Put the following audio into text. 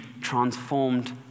transformed